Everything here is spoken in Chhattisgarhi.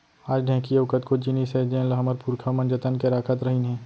आज ढेंकी अउ कतको जिनिस हे जेन ल हमर पुरखा मन जतन के राखत रहिन हे